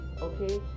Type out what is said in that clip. Okay